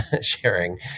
sharing